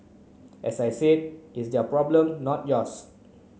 as I said it's their problem not yours